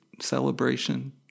celebration